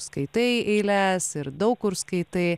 skaitai eiles ir daug kur skaitai